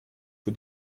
für